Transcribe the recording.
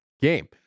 game